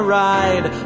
ride